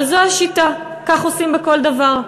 אבל זו השיטה, כך עושים בכל דבר.